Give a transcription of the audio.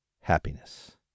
happiness